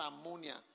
ammonia